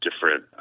different